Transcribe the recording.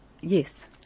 Yes